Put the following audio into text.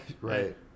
Right